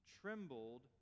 trembled